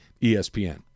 ESPN